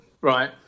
Right